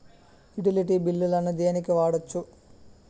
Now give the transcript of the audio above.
Utility బిల్లులను దేనికి వాడొచ్చు?